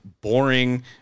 boring